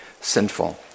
sinful